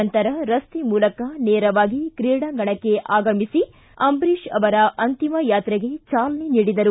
ನಂತರ ರಸ್ತೆ ಮೂಲಕ ನೇರವಾಗಿ ಕಂಠೀರವ ಕ್ರೀಡಾಂಗಣಕ್ಕೆ ಆಗಮಿಸಿ ಅಂಬರೀಷ್ ಅವರ ಅಂತಿಮ ಯಾತ್ರೆಗೆ ಚಾಲನೆ ನೀಡಿದರು